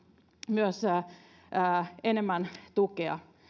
myös enemmän tukea